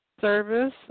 service